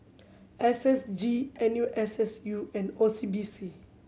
S S G N U S S U and O C B C